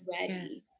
ready